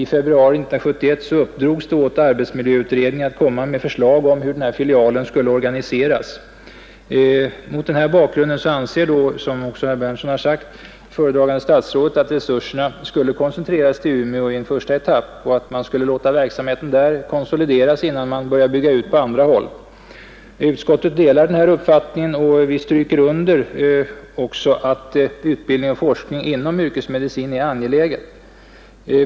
I februari 1971 uppdrogs det åt arbetsmiljöutredningen att framlägga förslag om hur denna filial skulle organiseras. Mot den bakgrunden anser föredragande statsrådet att resurserna skall koncentreras till Umeå i en första etapp och att man skall låta verksamheten där konsolideras, innan man börjar bygga ut på andra håll. Utskottet delar denna uppfattning, och vi understryker också att det är angeläget med utbildning och forskning inom yrkesmedicinen.